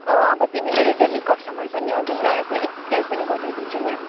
अँ अब तिमी मेरो डेली कस्टमर पनि हौ तिमीलाई अब एक दुई प्राइस पनि घटाइ दिन्छु नि